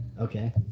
Okay